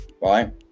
right